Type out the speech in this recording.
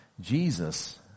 Jesus